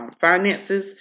finances